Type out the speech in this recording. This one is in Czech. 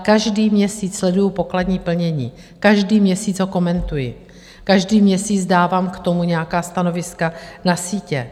Každý měsíc sleduji pokladní plnění, každý měsíc ho komentuji, každý měsíc dávám k tomu nějaká stanoviska na sítě.